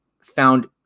found